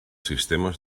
sistemes